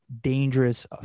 dangerous